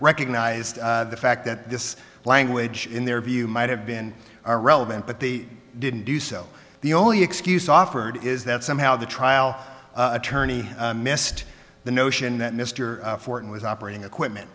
recognized the fact that this language in their view might have been irrelevant but they didn't do so the only excuse offered is that somehow the trial attorney missed the notion that mr fortan was operating equipment